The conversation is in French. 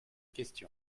question